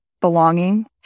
belonging